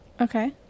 okay